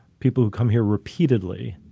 people who come here repeatedly,